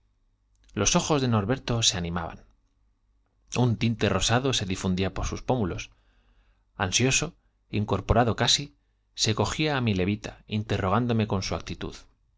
los ojos de norberto se animaban un tinte rosado se difundía por sus pómulos ansioso incorporado casi se cogía á mi levita interrogándome con su actitud